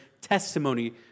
testimony